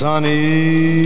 Sunny